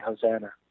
Hosanna